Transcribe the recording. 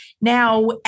now